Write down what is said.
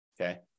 Okay